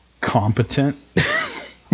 competent